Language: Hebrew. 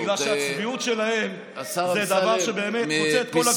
בגלל שהצביעות שלהם זה דבר שבאמת חוצה את כל הגבולות.